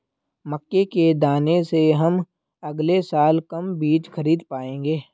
मक्के के दाने से हम अगले साल कम बीज खरीद पाएंगे